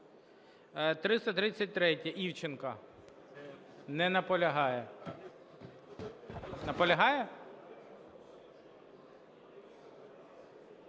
333-я, Івченко. Не наполягає. Наполягає?